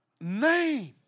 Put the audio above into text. name